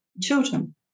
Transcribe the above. children